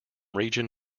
region